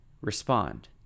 respond